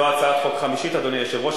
אדוני היושב-ראש,